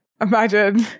Imagine